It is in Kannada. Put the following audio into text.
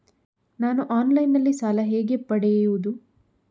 ನಾನು ಆನ್ಲೈನ್ನಲ್ಲಿ ಸಾಲ ಹೇಗೆ ಪಡೆಯುವುದು?